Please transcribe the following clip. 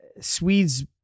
Swedes